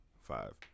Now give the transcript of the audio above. five